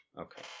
Okay